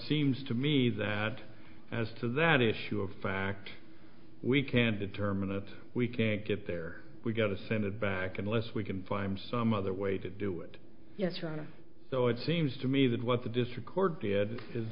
seems to me that as to that issue of fact we can determine that we can't get there we've got to send it back unless we can find some other way to do it yes or no so it seems to me that what the district court did is